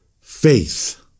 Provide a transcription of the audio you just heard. faith